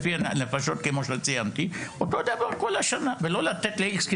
אותו דבר כל השנה ולא לתת לאיקס,